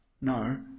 No